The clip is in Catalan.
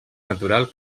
natural